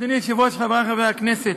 אדוני היושב-ראש, חברי חברי הכנסת,